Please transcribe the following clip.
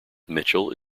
mitchell